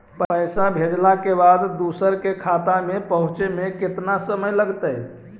पैसा भेजला के बाद दुसर के खाता में पहुँचे में केतना समय लगतइ?